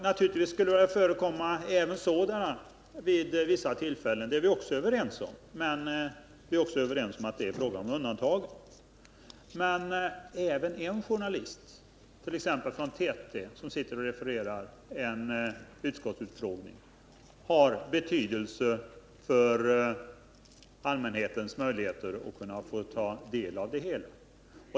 Naturligtvis skulle det förekomma även dramatik vid vissa tillfällen, men vi är också överens om att det är fråga om undantag. Även en enda journalist, t.ex. från TT, som refererar en utskottsutfrågning har emellertid betydelse för allmänhetens möjligheter att ta del av det hela.